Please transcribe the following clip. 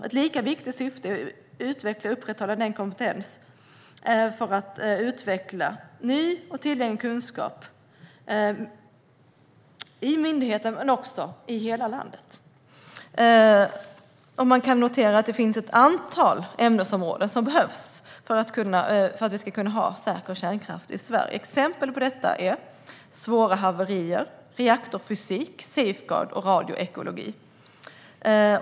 Ett lika viktigt syfte är att utveckla och upprätthålla kompetensen för att utveckla ny och tillgänglig kunskap, både inom myndigheten och i hela landet. Man kan notera att det finns ett antal ämnesområden som behövs för att vi ska kunna ha säker kärnkraft i Sverige. Exempel på detta är svåra haverier, reaktorfysik, safeguards och radioekologi.